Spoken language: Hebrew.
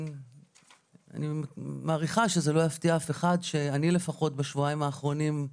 אני מעריכה שזה לא יפתיע אף אחד שאני לפחות בשבועיים האחרונים,